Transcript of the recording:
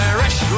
Irish